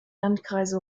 landkreise